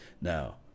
Now